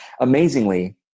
amazingly